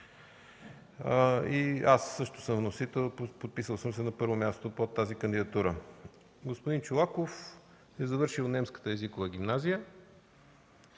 вносител съм се подписал на първо място под тази кандидатура. Господин Чолаков е завършил немската езикова гимназия.